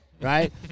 right